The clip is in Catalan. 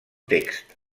text